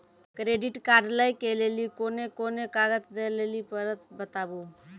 Credit card लै के लेली कोने कोने कागज दे लेली पड़त बताबू?